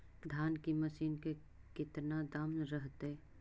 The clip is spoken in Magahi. धान की मशीन के कितना दाम रहतय?